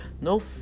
no